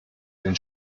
den